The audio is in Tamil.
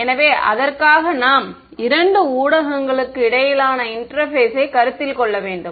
எனவே அதற்காக நாம் இரண்டு ஊடகங்களுக்கு இடையிலான இன்டெர்பேஸை கருத்தில் கொள்ள வேண்டும்